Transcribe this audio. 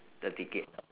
the ticket number